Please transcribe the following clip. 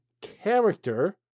character